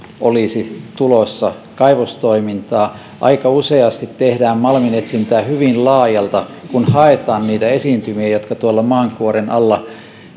olisi tulossa kaivostoimintaa aika useasti malminetsintää tehdään hyvin laajalta kun haetaan niitä esiintymiä jotka tuolla maankuoren alla